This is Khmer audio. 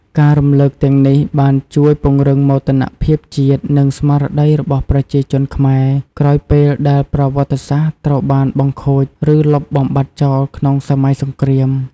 ការរំលឹកទាំងនេះបានជួយពង្រឹងមោទនភាពជាតិ និងស្មារតីរបស់ប្រជាជនខ្មែរ ក្រោយពេលដែលប្រវត្តិសាស្ត្រត្រូវបានបង្ខូច ឬលុបបំបាត់ចោលក្នុងសម័យសង្គ្រាម។